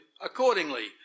accordingly